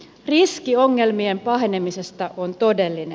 riski ongelmien pahenemisesta on todellinen